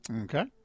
Okay